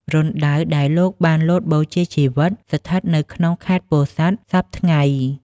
រណ្ដៅដែលលោកបានលោតបូជាជីវិត ស្ថិតនៅក្នុងខេត្តពោធិ៍សាត់សព្វថ្ងៃ។